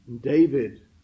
David